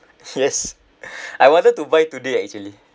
yes I wanted to buy today actually